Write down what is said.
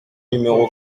numéro